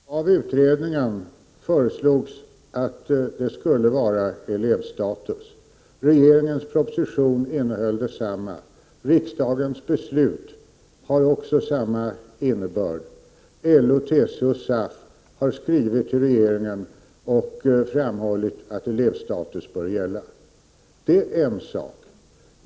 Herr talman! Av utredningen föreslogs att det skulle vara elevstatus. Regeringens proposition innehöll samma förslag. Riksdagens beslut har också samma innebörd. LO, TCO och SAF har skrivit till regeringen och framhållit att elevstatus bör gälla. Det är en sak.